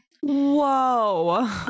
Whoa